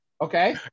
Okay